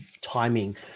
timing